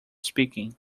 speaking